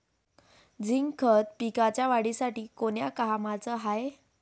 Zinc खत पिकाच्या वाढीसाठी कोन्या कामाचं हाये?